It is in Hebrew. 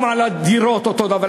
גם לגבי הדירות אותו דבר,